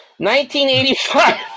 1985